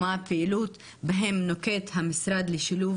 ומה הפעילות בהם נוקט המשרד לשילוב